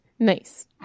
Nice